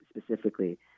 specifically